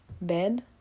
bed